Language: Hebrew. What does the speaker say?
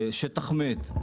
שטח מת,